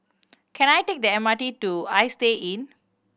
can I take the M R T to Istay Inn